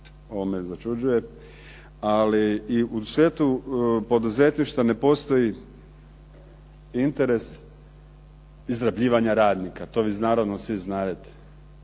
ovo me začuđuje, ali i u svijetu poduzetništva ne postoji interes izrabljivanja radnika. To vi naravno svi znadete.